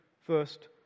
first